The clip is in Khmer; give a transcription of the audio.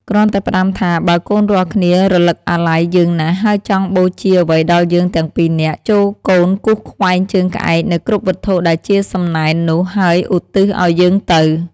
គ្រាន់តែផ្តាំថា “បើកូនរាល់គ្នា រលឹកអាល័យ យើងណាស់ ហើយចង់បូជាអ្វីដល់យើងទាំងពីរនាក់ ចូរកូនគូសខ្វែងជើងក្អែកនៅគ្រប់វត្ថុដែលជាសំណែននោះ ហើយឧទ្ទិសឲ្យយើងទៅ។